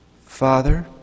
Father